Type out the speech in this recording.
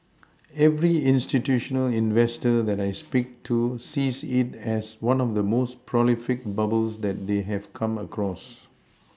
every institutional investor that I speak to sees it as one of the most prolific bubbles that they have come across